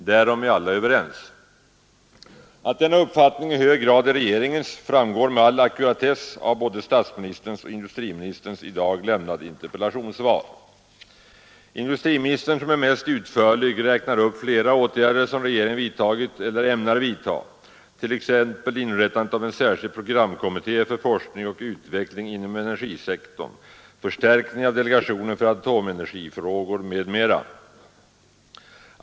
Därom är alla överens. Att denna uppfattning i hög grad är regeringens framgår med ackuratess av både statsministerns och industriministerns i dag lämnade interpellationssvar. Industriministern, som är mest utförlig, räknar upp flera åtgärder som regeringen vidtagit eller ämnar vidtaga, t.ex. inrättandet av en särskild programkommitté för forskning och utveckling inom energisektorn, 47 förstärkning av delegationen för atomenergifrågor m.m.